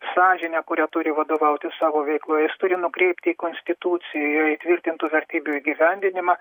sąžinę kuria turi vadovautis savo veikloje jis turi nukreipti į konstitucijoj įtvirtintų vertybių įgyvendinimą